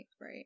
right